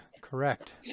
Correct